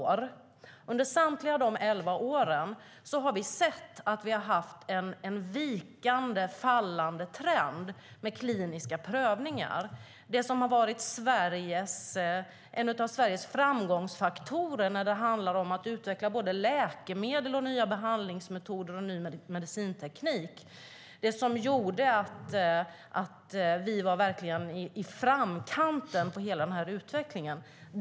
Under samtliga de elva åren såg vi att vi hade en vikande, fallande, trend i fråga om kliniska prövningar. Det har varit en av Sveriges framgångsfaktorer när det handlar om att utveckla läkemedel, nya behandlingsmetoder och ny medicinteknik. Det var det som gjorde att vi verkligen var i framkant inom hela den här utvecklingen.